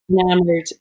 enamored